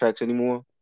anymore